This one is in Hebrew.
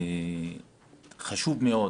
חשוב מאוד